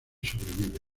sobrevive